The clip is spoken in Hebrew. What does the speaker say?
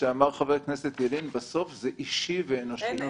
אמר חבר הכנסת ילין שבסוף זה אישי ואנושי.